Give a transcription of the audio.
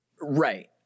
Right